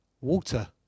water